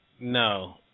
no